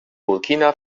burkina